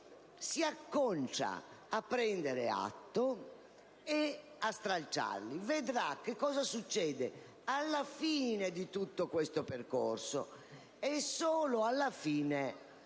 si appresta a prendere atto e a stralciare. Si vedrà che cosa succede alla fine di tutto questo percorso, e solo allora,